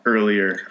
Earlier